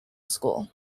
school